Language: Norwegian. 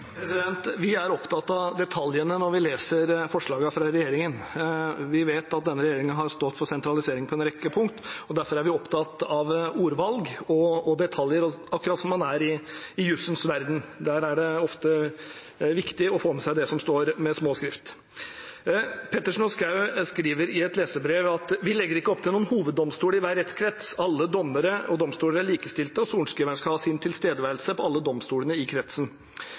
Vi er opptatt av detaljene når vi leser forslagene fra regjeringen. Vi vet at denne regjeringen har stått for sentralisering på en rekke punkter, og derfor er vi opptatt av ordvalg og detaljer, akkurat som man er i jussens verden. Der er det ofte viktig å få med seg det som står med liten skrift. Representantene Pettersen og Schou skriver i et leserbrev at «vi ikke legger opp til noen hoveddomstol i hver rettskrets. Alle domstoler er likestilte, og sorenskriveren skal ha sin tilstedeværelse på alle domstolene i kretsen.»